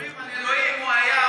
אומרים על אלוהים: הוא היה,